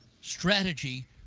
strategy